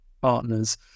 partners